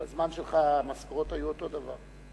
בזמן שלך המשכורות היו אותו דבר.